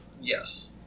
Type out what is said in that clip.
yes